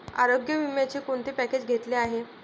आरोग्य विम्याचे कोणते पॅकेज घेतले आहे?